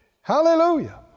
Hallelujah